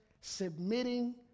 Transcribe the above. submitting